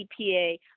EPA